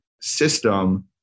system